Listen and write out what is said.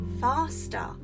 faster